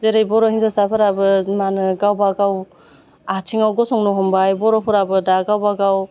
जेरै बर' हिन्जावसाफोराबो मा होनो गावबा गाव आथिङाव गसंनो हमबाय बर'फ्राबो दा गावबा गाव